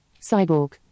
Cyborg